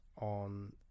on